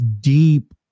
deep